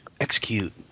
Execute